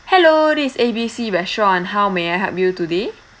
hello this is A B C restaurant how may I help you today